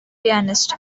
pianist